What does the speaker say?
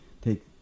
take